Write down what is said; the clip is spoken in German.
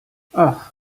ach